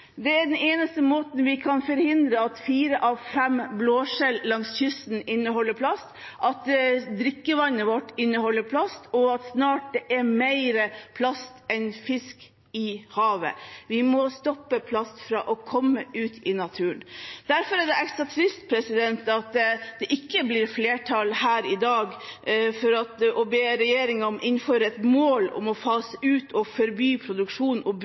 Det er den eneste måten vi kan forhindre at fire av fem blåskjell langs kysten inneholder plast på, at drikkevannet vårt inneholder plast, og at det snart er mer plast enn fisk i havet. Vi må forhindre plast fra å komme ut i naturen. Derfor er det ekstra trist at det ikke blir flertall her i dag for å be regjeringen om å «innføre et mål om å fase ut og forby produksjon og